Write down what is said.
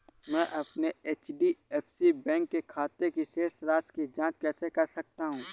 मैं अपने HDFC bank के खाते की शेष राशि की जाँच कैसे कर सकता हूँ?